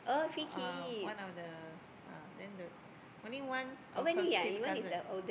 uh one of the uh then the only one of her his cousin